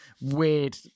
weird